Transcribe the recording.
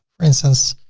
for instance,